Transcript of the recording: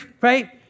right